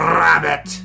rabbit